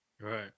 Right